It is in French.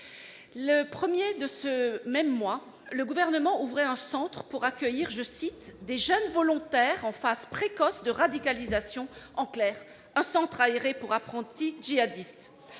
Le premier jour de ce même mois, le Gouvernement ouvrait un centre destiné à accueillir des « jeunes volontaires en phase précoce de radicalisation »- en clair, un centre aéré pour apprentis djihadistes